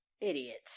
idiots